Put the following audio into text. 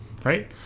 right